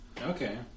Okay